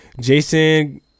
Jason